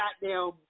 goddamn